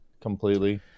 completely